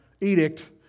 edict